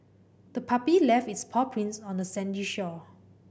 the puppy left its paw prints on the sandy shore